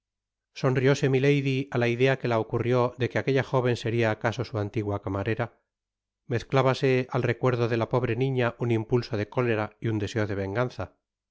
sonrióse milady á la idea que la ocurrió de que aquella joven seria acaso su antigua camarera mezclábase al recuerdo de la pobre niña un impulso de cólera y un deseo de venganza